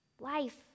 Life